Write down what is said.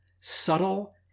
subtle